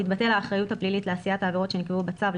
תתבטל האחריות הפלילית לעשיית העבירות שנקבעו בצו,